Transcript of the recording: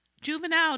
juvenile